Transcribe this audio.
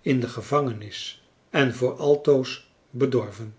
in de gevangenis en voor altoos bedorven